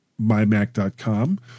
mymac.com